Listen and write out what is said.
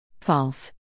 False